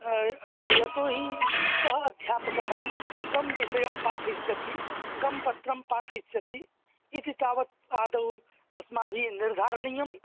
यतोहि कः अध्यापकः कं विसयं पाठयिष्यति कं पत्रं पाठयिष्यति इति तावत् आदौ अस्माभिः निर्धारणीयं